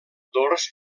dors